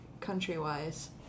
country-wise